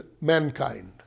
mankind